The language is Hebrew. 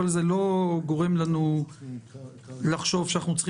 אבל זה לא גורם לנו לחשוב שאנחנו צריכים